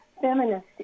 feminist